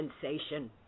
sensation